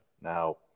Now